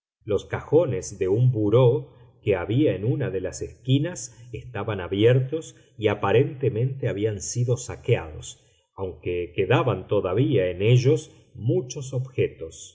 los cajones de un bureau que había en una de las esquinas estaban abiertos y aparentemente habían sido saqueados aunque quedaban todavía en ellos muchos objetos